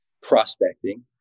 prospecting